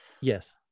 yes